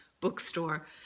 bookstore